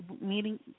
meeting